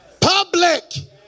Public